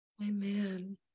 Amen